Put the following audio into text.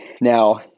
Now